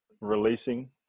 releasing